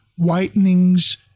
whitenings